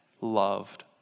loved